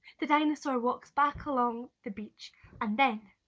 the dinosaur walks back along the beach and then,